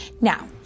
Now